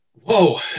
Whoa